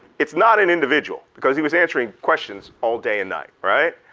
it's not an individual because he was answering questions all day and night, right?